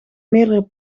meerdere